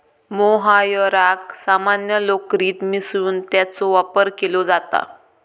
मोहायराक सामान्य लोकरीत मिसळून त्याचो वापर केलो जाता